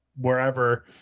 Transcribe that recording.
wherever